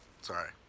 Sorry